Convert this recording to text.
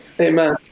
amen